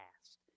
past